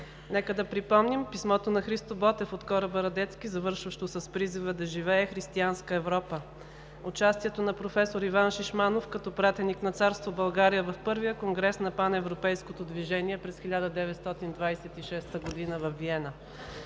Нека да припомним писмото на Христо Ботев от кораба „Радецки“, завършващо с призива: „Да живее християнска Европа!“, участието на професор Иван Шишманов като пратеник на Царство България в Първия конгрес на паневропейското движение през 1926 г. във Виена.